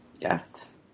Yes